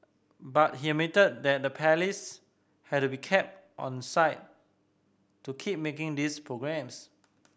but he admitted that the Palace had be kept onside to keep making these programmes